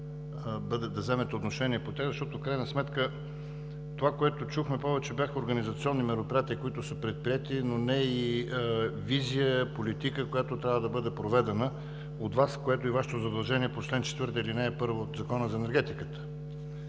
да вземете отношение по него, защото в крайна сметка това, което чухме, повече бяха организационни мероприятия, които са предприети, но не и визия, политика, която трябва да бъде проведена от Вас, което е и Вашето задължение по чл. 4, ал. 1 от Закона за енергетиката.